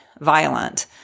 violent